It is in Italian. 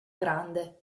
grande